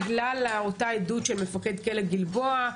בגלל אותה עדות של מפקד כלא גלבוע,